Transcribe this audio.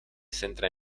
centra